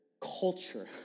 culture